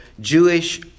Jewish